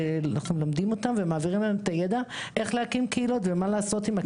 שאנחנו מלמדים אותם איך להקים קהילות ומה לעשות איתן.